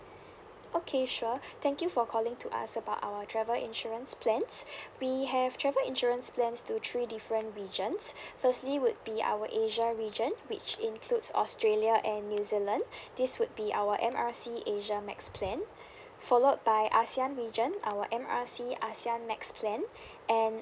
okay sure thank you for calling to ask about our travel insurance plans we have travel insurance plans to three different regions firstly would be our asia region which includes australia and new zealand this would be our M R C asia max plan followed by ASEAN region our M R C ASEAN max plan and